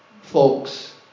folks